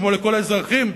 כמו לכל האזרחים,